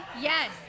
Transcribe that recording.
Yes